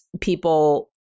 people